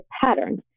patterns